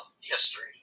history